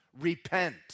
Repent